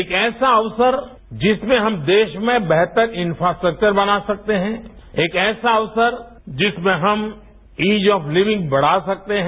एक ऐसा अवसर जिसमें हम देश में बेहतर इफ्रास्ट्रक्वर बना सकते हैं एक ऐसा अवसर जिसमें हम इज ऑफ लिविंग का बढ़ा सकते हैं